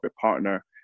partner